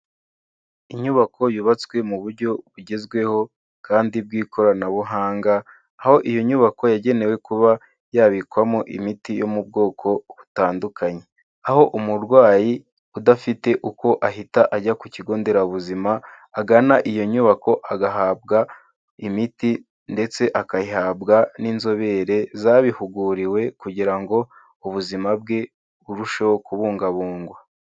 Inyubako yubatswe mu buryo bugezweho kandi bw'ikoranabuhanga, aho iyo nyubako yagenewe kuba yabikwamo imiti yo mu bwoko butandukanye, aho umurwayi udafite uko ahita ajya ku kigo nderabuzima agana iyo nyubako agahabwa imiti, ndetse akayihabwa n'inzobere zabihuguriwe kugira ngo ubuzima bwe burusheho kubungabungwa.